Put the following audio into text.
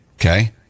okay